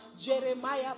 Jeremiah